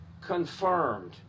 confirmed